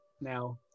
now